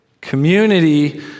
Community